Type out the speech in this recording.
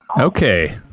Okay